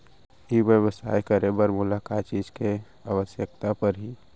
ई व्यवसाय करे बर मोला का का चीज के आवश्यकता परही?